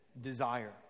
desire